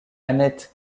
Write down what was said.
annette